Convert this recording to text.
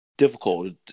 Difficult